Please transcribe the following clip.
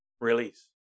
release